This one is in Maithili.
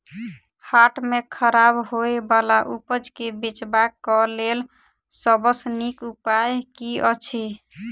हाट मे खराब होय बला उपज केँ बेचबाक क लेल सबसँ नीक उपाय की अछि?